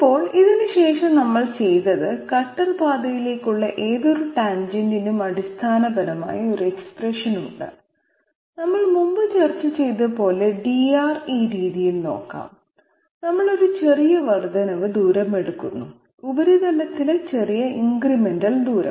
ഇപ്പോൾ ഇതിന് ശേഷം നമ്മൾ ചെയ്തത് കട്ടർ പാതയിലേക്കുള്ള ഏതൊരു ടാൻജെന്റിനും അടിസ്ഥാനപരമായി എക്സ്പ്രഷൻ ഉണ്ട് നമ്മൾ മുമ്പ് ചർച്ച ചെയ്തതുപോലെ dR ഈ രീതിയിൽ നോക്കാം നമ്മൾ ഒരു ചെറിയ വർദ്ധനവ് ദൂരം എടുക്കുന്നു ഉപരിതലത്തിലെ ചെറിയ ഇൻക്രിമെന്റൽ ദൂരം